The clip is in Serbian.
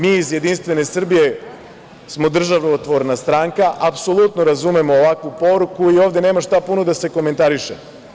Mi iz JS smo državotvorna stranka, apsolutno razumemo ovakvu poruku i ovde nema šta puno da se komentariše.